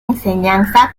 enseñanza